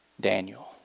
Daniel